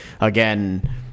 again